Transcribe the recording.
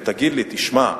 ותגיד לי: תשמע,